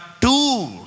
two